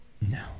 No